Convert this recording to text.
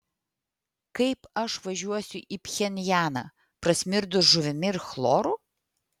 kaip aš važiuosiu į pchenjaną prasmirdus žuvimi ir chloru